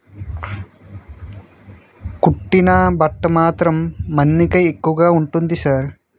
కుట్టిన బట్ట మాత్రం మన్నిక ఎక్కువగా ఉంటుంది సార్